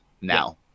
now